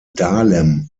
dahlem